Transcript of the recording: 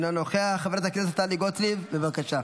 אינו נוכח, חברת הכנסת טלי גוטליב, בבקשה,